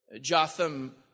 Jotham